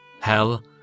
hell